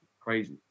crazy